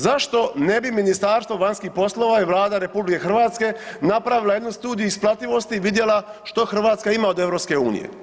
Zašto ne bi Ministarstvo vanjskih poslova i Vlada RH napravila jednu studiju isplativosti i vidjela što Hrvatska ima od EU?